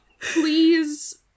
please